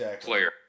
player